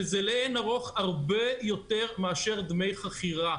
שזה לאין ערוך הרבה יותר מאשר דמי חכירה,